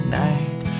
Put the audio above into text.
night